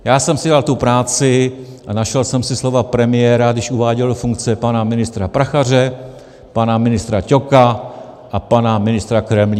Já jsem si dal tu práci a našel jsem si slova premiéra, když uváděl do funkce pana ministra Prachaře, pana ministra Ťoka a pana ministra Kremlíka.